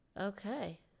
Okay